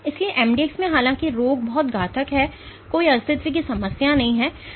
इसलिए mdx में हालांकि रोग बहुत घातक है कोई अस्तित्व की समस्या नहीं है